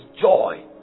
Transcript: joy